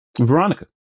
Veronica